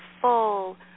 full